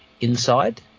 inside